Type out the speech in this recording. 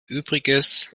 übriges